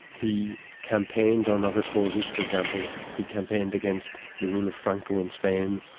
he campaigned on other causes for example, he campaigned against the rule of franco in spain.